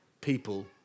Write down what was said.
people